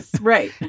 right